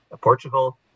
Portugal